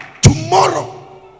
Tomorrow